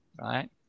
right